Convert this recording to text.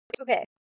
Okay